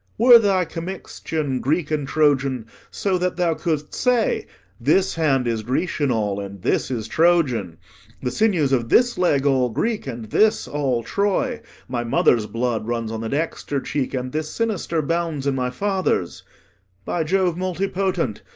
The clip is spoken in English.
were thy commixtion greek and troyan so that thou could'st say this hand is grecian all, and this is troyan the sinews of this leg all greek, and this all troy my mother's blood runs on the dexter cheek, and this sinister bounds in my father's' by jove multipotent,